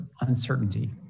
uncertainty